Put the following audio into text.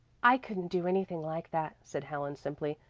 i couldn't do anything like that, said helen simply,